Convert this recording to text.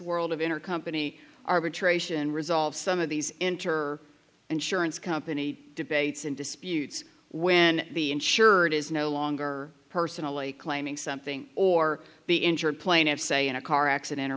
world of intercompany arbitration resolve some of these enter insurance company debates in disputes when the insured is no longer personally claiming something or the injured plaintiffs say in a car accident or